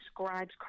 describes